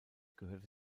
gehörte